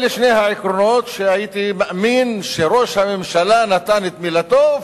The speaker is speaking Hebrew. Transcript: אלה שני העקרונות שלהם הייתי מאמין שראש הממשלה נתן את מילתו,